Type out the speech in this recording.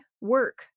work